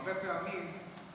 הרבה פעמים,